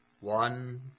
one